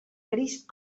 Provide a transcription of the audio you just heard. crist